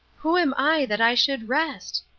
who am i that i should rest?